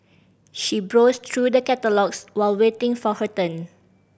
she browsed through the catalogues while waiting for her turn